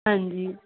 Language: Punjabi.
ਹਾਂਜੀ